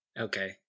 Okay